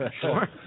Sure